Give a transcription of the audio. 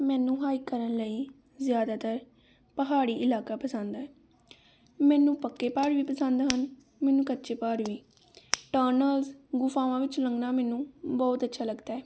ਮੈਨੂੰ ਹਾਈਕ ਕਰਨ ਲਈ ਜ਼ਿਆਦਾਤਰ ਪਹਾੜੀ ਇਲਾਕਾ ਪਸੰਦ ਹੈ ਮੈਨੂੰ ਪੱਕੇ ਪਹਾੜ ਵੀ ਪਸੰਦ ਹਨ ਮੈਨੂੰ ਕੱਚੇ ਪਹਾੜ ਵੀ ਟਰਨਲਜ ਗੁਫਾਵਾਂ ਵਿੱਚ ਲੰਘਣਾ ਮੈਨੂੰ ਬਹੁਤ ਅੱਛਾ ਲੱਗਦਾ